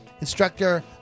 instructor